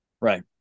Right